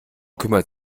kümmert